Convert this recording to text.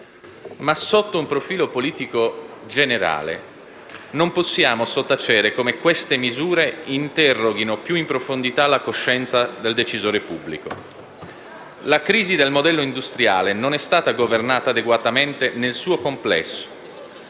Sotto un profilo politico generale, però, non possiamo sottacere come queste misure interroghino più in profondità la coscienza del decisore pubblico. La crisi del modello industriale non è stata governata adeguatamente nel suo complesso;